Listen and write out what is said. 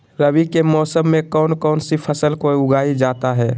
रवि के मौसम में कौन कौन सी फसल को उगाई जाता है?